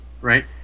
right